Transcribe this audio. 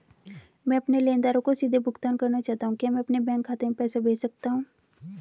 मैं अपने लेनदारों को सीधे भुगतान करना चाहता हूँ क्या मैं अपने बैंक खाते में पैसा भेज सकता हूँ?